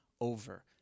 over